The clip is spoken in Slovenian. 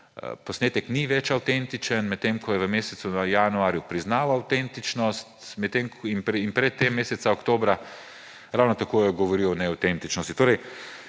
posnetek ni več avtentičen, medtem ko je v mesecu januarju priznaval avtentičnost, pred tem pa je meseca oktobra ravno tako govoril o neavtentičnosti.